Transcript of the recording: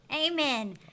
Amen